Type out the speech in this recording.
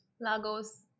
Lagos